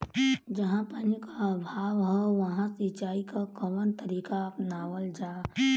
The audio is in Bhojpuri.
जहाँ पानी क अभाव ह वहां सिंचाई क कवन तरीका अपनावल जा?